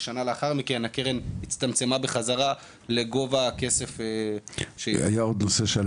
ושנה לאחר מכן הקרן הצטמצמה בחזרה לגובה הכסף --- היה עוד נושא שעלה